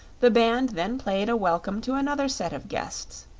the band then played a welcome to another set of guests,